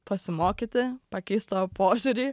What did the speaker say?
pasimokyti pakeist savo požiūrį